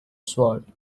sword